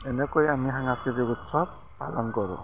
এনেকৈ আমি সাংস্কৃতিক উৎসৱ পালন কৰোঁ